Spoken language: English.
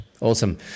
Awesome